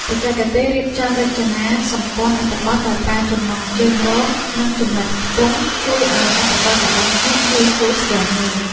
បច្ចេកទេសរៀបចំរចនាសម្ព័ន្ធអត្ថបទដោយប្រើចំណងជើងរង និងចំណុចខ្ទង់ ជួយឱ្យអត្ថបទរបស់អ្នកងាយស្រួលស្កេនមើល។